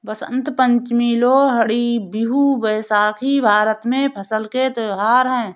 बसंत पंचमी, लोहड़ी, बिहू, बैसाखी भारत में फसल के त्योहार हैं